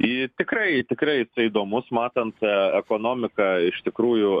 jis tikrai tikrai jisai įdomus matant ekonomiką iš tikrųjų